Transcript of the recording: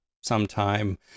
sometime